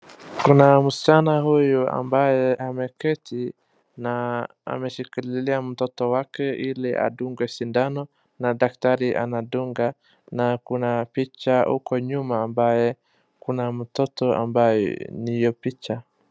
Kuna msichana huyu ambaye ameketi na ameshikilia mtoto wake ili adungwe sindano na daktari anadunga, na kuna picha huko nyuma ambaye kuna mtoto ambaye ndio picha.